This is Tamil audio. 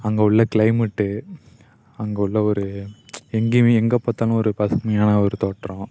அங்கே உள்ள க்ளைமட் அங்கே உள்ள ஒரு எங்கேயுமே எங்கேப் பார்த்தாலும் ஒரு பசுமையான ஒரு தோற்றம்